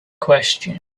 question